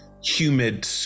humid